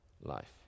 life